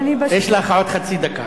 יש לך עוד חצי דקה.